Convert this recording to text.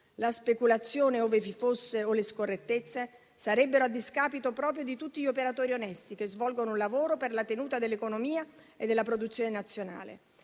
La speculazione o le scorrettezze, ove vi fossero, sarebbero a discapito proprio di tutti gli operatori onesti, che svolgono un lavoro per la tenuta dell'economia e della produzione nazionale.